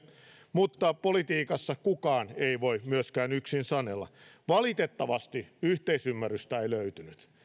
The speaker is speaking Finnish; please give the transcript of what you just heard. mutta politiikassa kukaan ei voi myöskään yksin sanella valitettavasti yhteisymmärrystä ei löytynyt